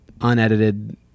unedited